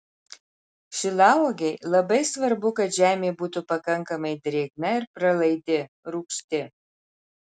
šilauogei labai svarbu kad žemė būtų pakankamai drėgna ir pralaidi rūgšti